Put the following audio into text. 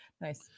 Nice